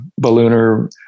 ballooner